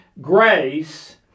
grace